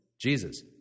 Jesus